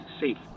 safe